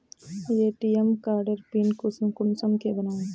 ATM कार्डेर PIN कुंसम के बनाम?